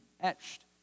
etched